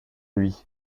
louis